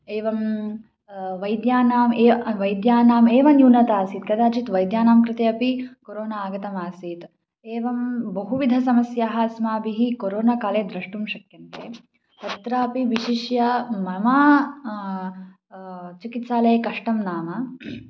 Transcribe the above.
एवं वैद्यानाम् ये वैद्यानामेव न्यूनता आसीत् कदाचित् वैद्यानां कृते अपि कोरोना आगतमासीत् एवं बहुविधसमस्याः अस्माभिः कोरोना काले द्रष्टुं शक्यन्ते अत्रापि विशिष्य मम चिकित्सालये कष्टं नाम